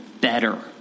better